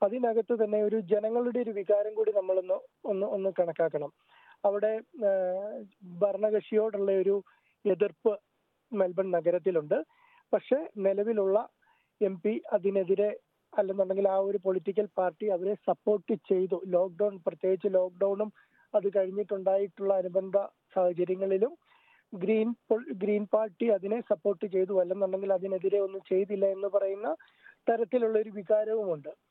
അതിനകത്ത് തന്നെ ഒരു ജനങ്ങളുടെ ഒരു വികാരം കൂടി നമ്മളൊന്ന് ഒന്ന് ഒന്ന് കണക്കാക്കണം. അവിടെ, ആ, ഭരണകക്ഷിയോടുള്ള ഒരു എതിർപ്പ് മെൽബൺ നഗരത്തിലുണ്ട്. പക്ഷേ, നിലവിലുള്ള MP പി അതിനെതിരെ അല്ലെന്നുണ്ടെങ്കിൽ ആ ഒരു political പാർട്ടി അവരെ support ചെയ്തു. lockdown, പ്രത്യേകിച്ച് lockdownഉം അത് കഴിഞ്ഞിട്ടുണ്ടായിട്ടുള്ള അനുബന്ധ സാഹചര്യങ്ങളിലും ഗ്രീൻ poli- ഗ്രീൻ പാർട്ടി അതിനെ support ചെയ്തു. അല്ലെന്നുണ്ടെങ്കിൽ അതിനെതിരെ ഒന്നും ചെയ്തില്ല എന്ന് പറയുന്ന തരത്തിലുള്ള ഒരു വികാരവുമുണ്ട്.